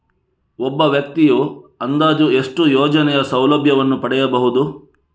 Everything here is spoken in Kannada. ಒಬ್ಬ ವ್ಯಕ್ತಿಯು ಅಂದಾಜು ಎಷ್ಟು ಯೋಜನೆಯ ಸೌಲಭ್ಯವನ್ನು ಪಡೆಯಬಹುದು?